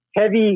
heavy